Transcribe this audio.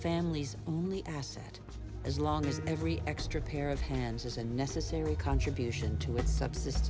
family's only asset as long as every extra pair of hands is a necessary contribution to a subsist